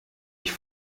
ich